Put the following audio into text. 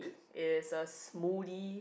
is a smoothie